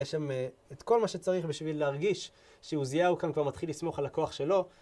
יש שם את כל מה שצריך בשביל להרגיש שעוזיהו כאן כבר מתחיל לסמוך על הכוח שלו,